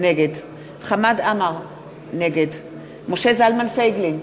נגד חמד עמאר, נגד משה זלמן פייגלין,